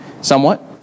somewhat